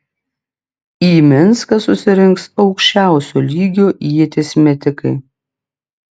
į minską susirinks aukščiausio lygio ieties metikai